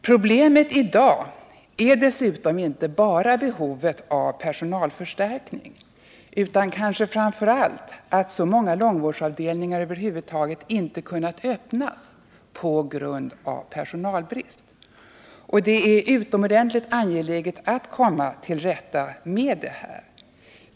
Problemet i dag är inte bara behovet av personalförstärkning utan kanske framför allt att så många långvårdsavdelningar över huvud taget inte har kunnat öppnas på grund av personalbrist. Det är utomordentligt angeläget att komma till rätta med dessa problem.